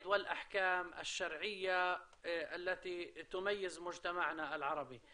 ולכללים והדינים השרעים (הלכתיים) אשר מייחדים את החברה הערבית שלנו.